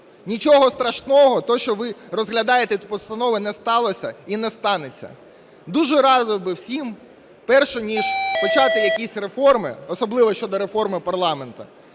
Нічого страшного, те, що ви розглядаєте тут постанови, не сталося і не станеться. Дуже радив би всім, перш ніж почати якісь реформи, особливо щодо реформи парламенту,